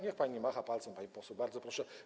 Niech pani nie macha palcem, pani poseł, bardzo proszę.